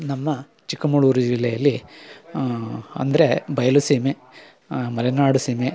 ನಮ್ಮ ಚಿಕ್ಕಮಗಳೂರು ಜಿಲ್ಲೆಯಲ್ಲಿ ಅಂದರೆ ಬಯಲುಸೀಮೆ ಮಲೆನಾಡುಸೀಮೆ